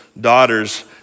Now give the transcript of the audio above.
daughters